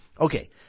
Okay